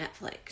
Netflix